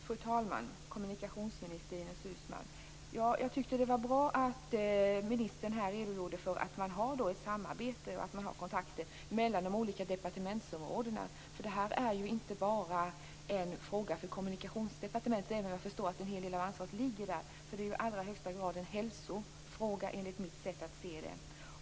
Fru talman! Kommunikationsminister Ines Uusmann! Det var bra att ministern redogjorde för att man har ett samarbete och kontakter mellan de olika departementsområdena. Det här är ju inte bara en fråga för Kommunikationsdepartementet, även om jag förstår att en hel del av ansvaret ligger där. Enligt mitt sätt att se är det i allra högsta grad en hälsofråga.